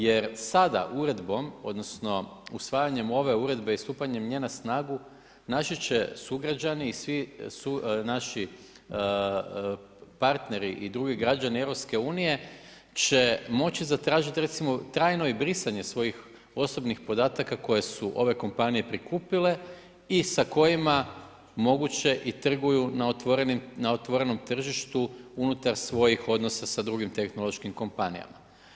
Jer sada uredbom, odnosno, usvajanjem ove uredbe i stupanjem nje na snagu, naši će sugrađani i svi naši partneri i drugi građani EU, će moći zatražiti recimo, trajno brisanje osobnih podataka, koje su ove kompanije ove prikupile i sa kojima moguće i trguju na otvorenom tržištu unutar svojih odnosa sa drugim tehnološkim kompanijama.